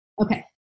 okay